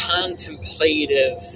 contemplative